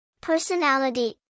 Personality